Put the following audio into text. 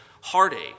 heartache